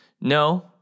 No